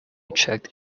checked